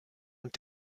und